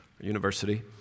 university